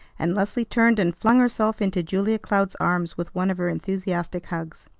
and leslie turned and flung herself into julia cloud's arms with one of her enthusiastic hugs.